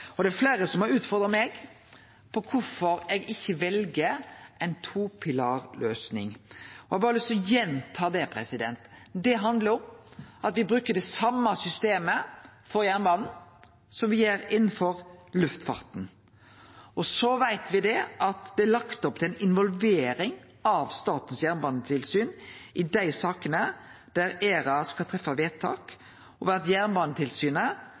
Det er fleire som har utfordra meg på kvifor eg ikkje vel ei topilarløysing. Eg har berre lyst til å gjenta det: Det handlar om at me bruker det same systemet for jernbanen som me gjer innanfor luftfarten. Og så veit me at det er lagt opp til ei involvering av Statens jernbanetilsyn i dei sakene der ERA skal treffe vedtak, og at Jernbanetilsynet